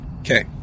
Okay